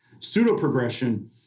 pseudoprogression